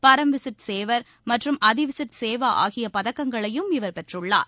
பரம் விசிஸ்ட் சேவர் மற்றும் அதிவிசிஸ்ட் சேவாஆகியபதக்கங்களையும் இவர் பெற்றுள்ளார்